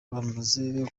bamaze